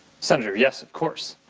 senator, yes, of course.